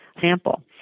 sample